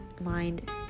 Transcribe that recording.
mind